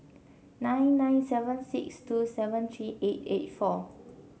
nine nine seven six two seven three eight eight four